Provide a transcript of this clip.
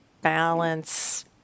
balance